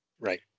Right